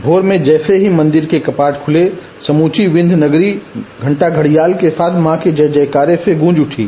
भोर मे जैसे मंदिर के कपाट खुले समूची विंध्य नगरी घंटा घड़ियाल के साथ मां के जय जयकारे से गूँज उठी